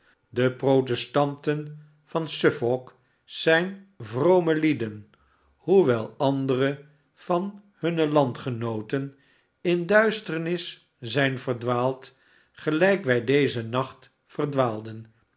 de protestanten van suffolk zijn vrome lieden hoewel andere van hunne landgenooten in duisternis zijn verdwaald gelijk wij dezen nacht